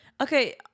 Okay